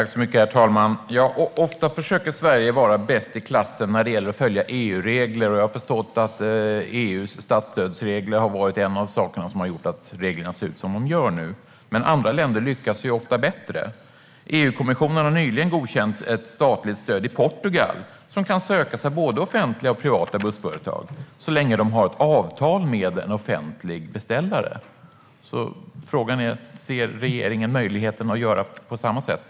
Herr talman! Ofta försöker Sverige vara bäst i klassen när det gäller att följa EU-regler. Jag har förstått att EU:s statsstödsregler har varit en av de faktorer som gör att reglerna ser ut som de gör. Men andra länder lyckas ju ofta bättre. EU-kommissionen har nyligen godkänt ett statligt stöd i Portugal som kan sökas av både offentliga och privata bussföretag så länge som de har avtal med en offentlig beställare. Frågan är: Ser regeringen möjligheten att göra på samma sätt?